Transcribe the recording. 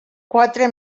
quatre